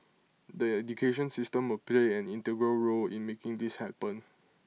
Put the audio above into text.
the education system will play an integral role in making this happen